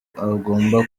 agomba